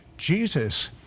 Jesus